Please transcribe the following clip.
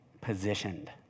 positioned